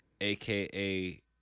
AKA